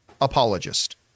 apologist